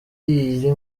iri